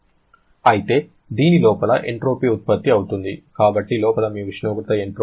అయితే దీని లోపల ఎంట్రోపీ ఉత్పత్తి అవుతుంది కాబట్టి లోపల మీ ఉష్ణోగ్రత ఎంట్రోపీ బదిలీ QT1 గా ఉంటుంది